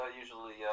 usually